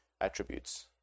attributes